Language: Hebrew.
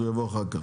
הוא יבוא אחר כך,